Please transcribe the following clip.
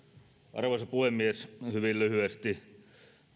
arvoisa puhemies hyvin lyhyesti